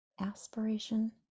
aspiration